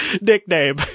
nickname